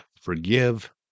forgive